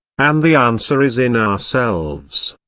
and the answer is in ourselves.